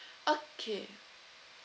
okay